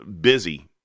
busy